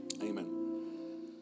Amen